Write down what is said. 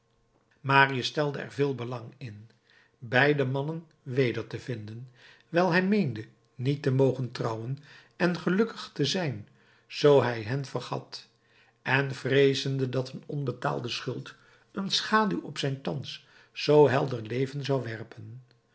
marius stelde er veel belang in beide mannen weder te vinden wijl hij meende niet te mogen trouwen en gelukkig te zijn zoo hij hen vergat en vreezende dat een onbetaalde schuld een schaduw op zijn thans zoo helder leven zou werpen